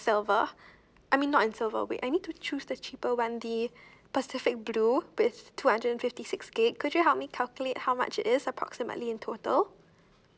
silver I mean not in silver wait I need to choose the cheaper one the pacific blue with two hundred and fifty six gig could you help me calculate how much is approximately in total